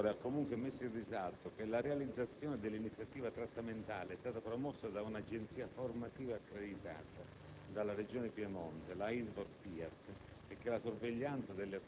Il provveditore ha comunque messo in risalto che la realizzazione dell'iniziativa trattamentale è stata promossa da un'agenzia formativa accreditata dalla Regione Piemonte, la Isvor FIAT,